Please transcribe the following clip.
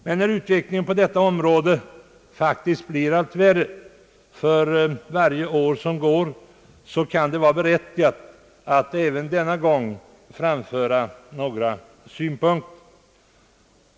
Men när utvecklingen på detta område faktiskt blir allt värre för varje år som går, kan det vara berättigat att även denna gång framföra några synpunkter.